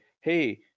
hey